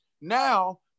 Now